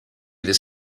this